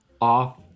off